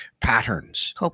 patterns